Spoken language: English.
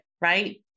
right